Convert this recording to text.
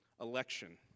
election